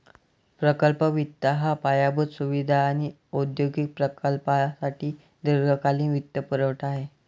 प्रकल्प वित्त हा पायाभूत सुविधा आणि औद्योगिक प्रकल्पांसाठी दीर्घकालीन वित्तपुरवठा आहे